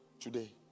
Today